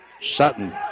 Sutton